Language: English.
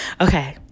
Okay